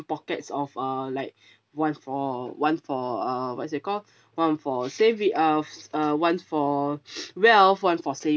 pockets of uh like one for one for uh what is it called one for saving uh uh one for wealth one for savings